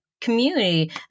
community